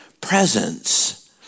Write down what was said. presence